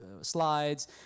slides